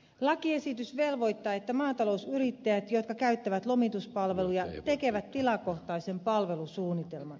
lakiesitys velvoittaa että maatalousyrittäjät jotka käyttävät lomituspalveluja tekevät tilakohtaisen palvelusuunnitelman